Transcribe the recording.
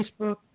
Facebook